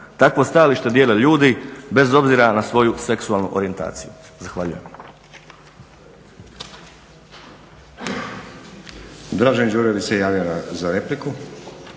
Takvo stajalište dijele ljudi bez obzira na svoju seksualnu orijentaciju. Zahvaljujem.